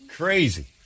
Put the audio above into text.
crazy